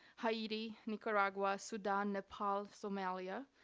haiti, nicaragua, sudan, nepal, somalia,